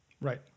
right